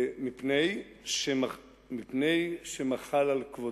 מפני שמחל על כבודו.